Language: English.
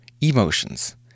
emotions